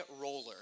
roller